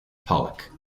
pollock